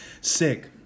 Sick